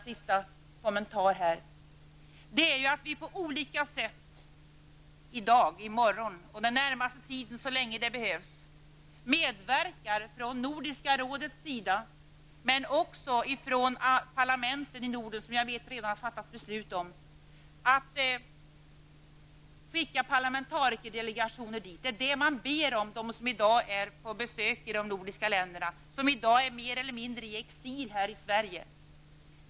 Vi måste på olika sätt i dag, i morgon och den närmaste tiden så länge det behövs medverka både från Nordiska rådets sida och från parlamenten i Norden genom att skicka parlamentarikerdelegationer dit. Jag vet att de nordiska parlamenten redan har fattat beslut om detta. De som i dag är på besök i de nordiska länderna ber om detta, de som i dag är mer eller mindre i exil i Sverige.